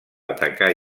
atacar